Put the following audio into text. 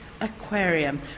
aquarium